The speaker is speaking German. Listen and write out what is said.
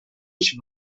nicht